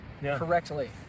correctly